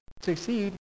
succeed